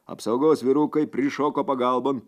apsaugos vyrukai prišoko pagalbon